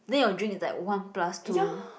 then your drink is like one plus two